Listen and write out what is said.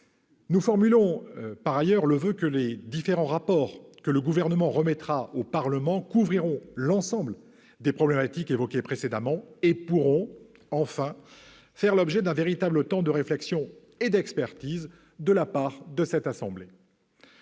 Nous formulons par ailleurs le voeu que les différents rapports que le Gouvernement remettra au Parlement couvrent l'ensemble des problématiques évoquées précédemment et puissent- enfin ! -faire l'objet d'un véritable temps de réflexion et d'expertise de la part du Sénat. Bref,